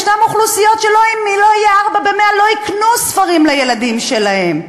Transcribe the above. יש אוכלוסיות שאם לא יהיה ארבעה ב-100 לא יקנו ספרים לילדים שלהם.